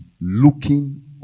Looking